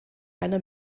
einer